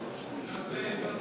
ש"ס להביע אי-אמון